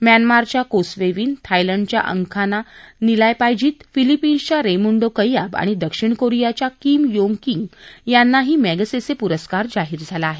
म्यानमारच्या Ko Swe Win थायलंडच्या Angkhana Neelapaijit फिलिपिन्सच्या रेमुंडो कैयाब आणि दक्षिण कोरियाच्या किम योंग कि यांनाही मेगसेसे पुरस्कार जाहीर झाला आहे